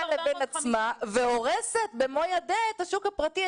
לבין עצמה והורסת במו ידיה את השוק הפרטי.